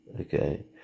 Okay